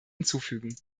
hinzufügen